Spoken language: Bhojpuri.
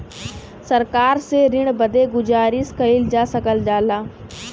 सरकार से ऋण बदे गुजारिस कइल जा सकल जाला